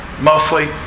mostly